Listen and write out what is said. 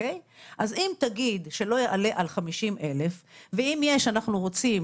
אז אם תגיד שלא יעלה על 50,000 ואם אנחנו רוצים